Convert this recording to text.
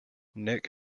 nick